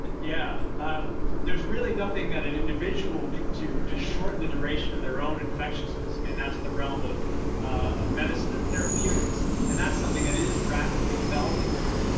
yeah there's really nothing that an individual can do to shorten the duration of their own infectiousness. i mean, that's the realm of of medicine and therapeutics and that's something that is rapidly developing here.